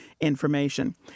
information